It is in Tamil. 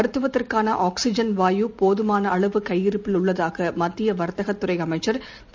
மருத்துவத்திற்கான ஆக்சிஜன் வாயு போதுமான அளவு கையிருப்பில் உள்ளதாக மத்திய வர்த்தக துறை அமைச்சர் திரு